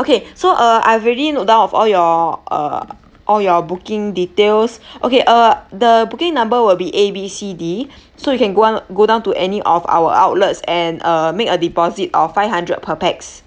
okay so uh I've already note down of all your uh all your booking details okay uh the booking number will be A B C D so you can go do~ go down to any of our outlets and uh make a deposit of five hundred per pax